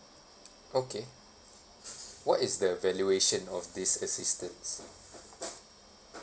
okay what is the valuation of this assistance